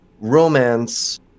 romance